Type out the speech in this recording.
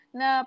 na